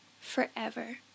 forever